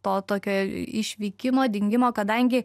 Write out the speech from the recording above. to tokio išvykimo dingimo kadangi